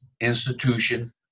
institution